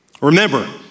Remember